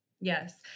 Yes